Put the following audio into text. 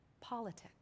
politics